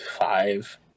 five